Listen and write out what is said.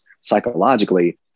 psychologically